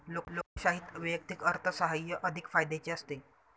लोकशाहीत वैयक्तिक अर्थसाहाय्य अधिक फायद्याचे असते